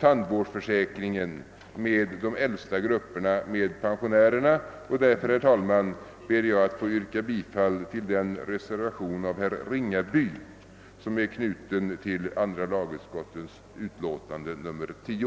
tandvårdsförsäkringen med de äldsta grupperna, med pensionärerna, och därför ber jag, herr talman, att få yrka bifall till den reservation av herr Ringaby som är knuten till andra lagutskottets utlåtande nr 10.